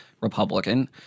Republican